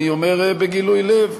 אני אומר בגילוי לב,